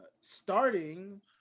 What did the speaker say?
starting